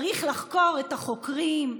צריך לחקור את החוקרים.